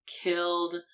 killed